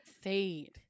fade